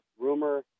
rumor